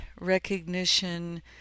recognition